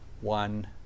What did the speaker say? one